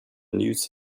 news